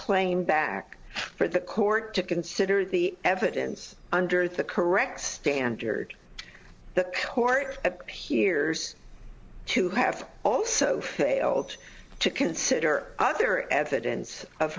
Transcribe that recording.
claim back for the court to consider the evidence under the correct standard the court appears to have also failed to consider other evidence of